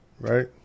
Right